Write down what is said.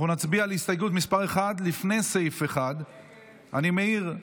אנחנו נצביע על הסתייגות מס' 1 לפני סעיף 1. אני מעיר: